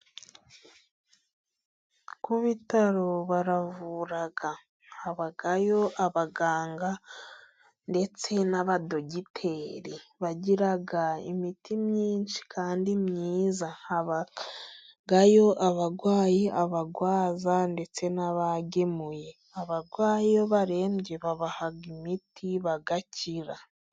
Ku bitaro baravura. Habayo abaganga ndetse n'abadogiteri. Bagira imiti myinshi kandi myiza. Habayo abarwayi, abarwaza ndetse n'abagemuye. Abarwayi barembye babaha imiti bagakira.